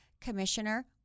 Commissioner